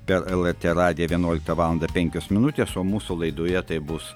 per lrt radiją vienuoliktą valandą penkios minutės o mūsų laidoje tai bus